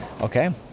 Okay